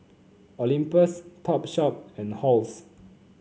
Olympus Topshop and Halls